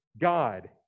god